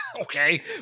okay